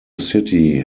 city